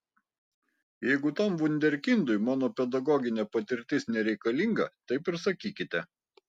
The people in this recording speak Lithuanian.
jeigu tam vunderkindui mano pedagoginė patirtis nereikalinga taip ir sakykite